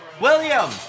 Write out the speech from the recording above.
William